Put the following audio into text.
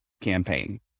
campaign